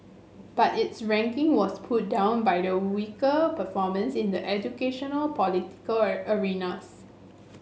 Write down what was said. but its ranking was pulled down by the weaker performance in the educational political a arenas